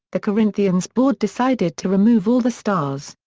the corinthians board decided to remove all the stars.